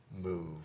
move